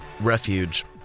Refuge